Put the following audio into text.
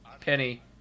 penny